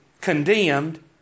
condemned